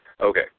Okay